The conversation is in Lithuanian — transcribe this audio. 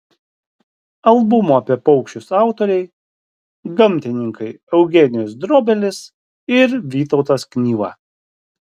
albumo apie paukščius autoriai gamtininkai eugenijus drobelis ir vytautas knyva